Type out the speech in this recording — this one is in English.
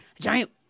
giant